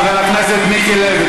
חבר הכנסת מיקי לוי.